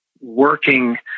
working